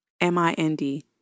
M-I-N-D